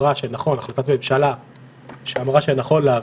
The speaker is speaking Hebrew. הערה אחרונה נוגעת למגע